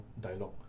dialogue